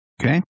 okay